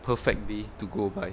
perfect day to go by